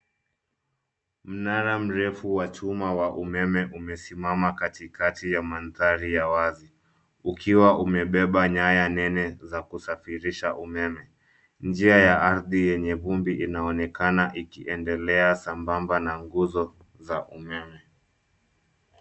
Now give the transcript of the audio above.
Mnara mrefu wa chuma wa umeme umesimama katikati ya mandhari ya wazi ukiwa umebeba nyaya nene za kusafirisha umeme. Njia ya ardhi yenye vumbi inaonekana ikiendelea sambamba na nguzo za umeme.